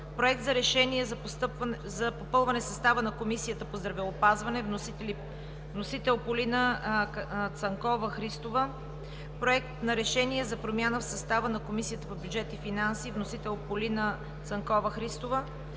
Проект за решение за попълване състава на Комисията по здравеопазването. Вносител е Полина Цанкова-Христова; - Проект на решение за промяна в състава на Комисията по бюджет и финанси. Вносител е Полина Цанкова Христова;